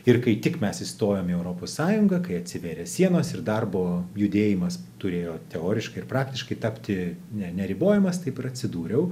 ir kai tik mes įstojom į europos sąjungą kai atsivėrė sienos ir darbo judėjimas turėjo teoriškai ir praktiškai tapti neribojamas taip ir atsidūriau